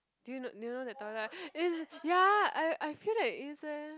do you know do you know that toilet is ya lah I I feel that is eh